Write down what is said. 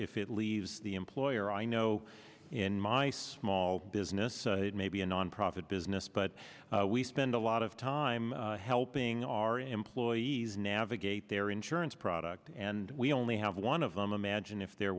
if it leaves the employer i know in my small business it may be a nonprofit business but we spend a lot of time helping our employees navigate their insurance products and we only have one of them imagine if there